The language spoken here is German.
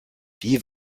wie